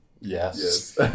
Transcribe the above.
Yes